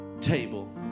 table